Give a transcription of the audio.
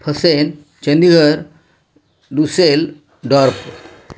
असेन चंदीगड दुसेल डॉर्फ